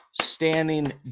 standing